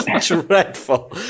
dreadful